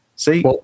See